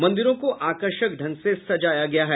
मंदिरों को आकर्षक ढंग से सजाया गया है